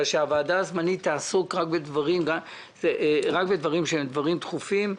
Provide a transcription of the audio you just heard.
הוועדה הזמנית תעסוק רק בדברים דחופים,